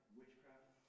witchcraft